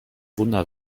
wunder